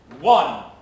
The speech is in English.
one